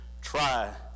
try